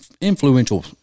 influential